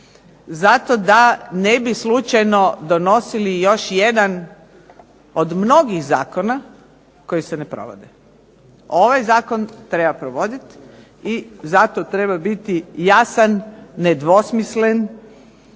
Zato da ne bi slučajno donosili još jedan od mnogih zakona koji se ne provode. Ovaj zakon treba provoditi i zato treba biti jasan, nedvosmislen